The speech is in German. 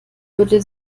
würde